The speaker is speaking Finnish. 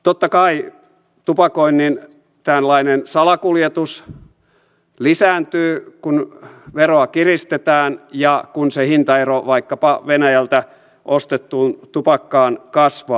totta kai tupakan salakuljetus lisääntyy kun veroa kiristetään ja kun se hintaero vaikkapa venäjältä ostettuun tupakkaan kasvaa